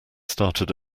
started